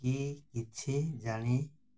କି କିଛି ଜାଣି